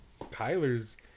Kyler's